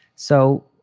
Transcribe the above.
so,